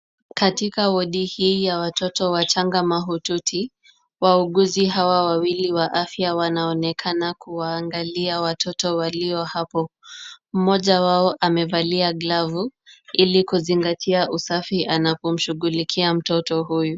Katika wadi hii ya watoto wachanga mahututi, wauguzi hawa wawili wa afya wanaonekana kuwaangalia watoto walio hapo. Mmoja wao amevalia glavu ili kuzingatia usafi anapomshughulikia mtoto huyu.